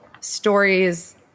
stories